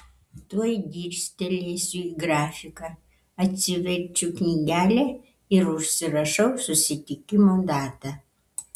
tuoj dirstelėsiu į grafiką atsiverčiu knygelę ir užsirašau susitikimo datą